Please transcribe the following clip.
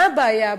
מה הבעיה?